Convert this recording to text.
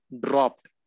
dropped